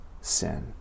sin